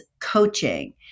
coaching